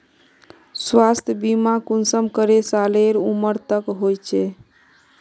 स्वास्थ्य बीमा कुंसम करे सालेर उमर तक होचए?